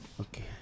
Okay